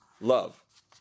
love